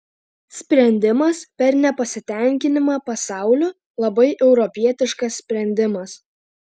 sprendimas per nepasitenkinimą pasauliu labai europietiškas sprendimas